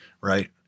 right